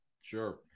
Sure